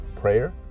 prayer